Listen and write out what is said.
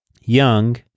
young